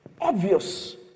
obvious